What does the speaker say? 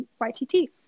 YTT